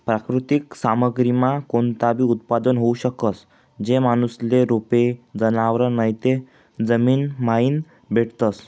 प्राकृतिक सामग्रीमा कोणताबी उत्पादन होऊ शकस, जे माणूसले रोपे, जनावरं नैते जमीनमाईन भेटतस